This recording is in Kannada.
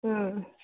ಹಾಂ